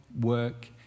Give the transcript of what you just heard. work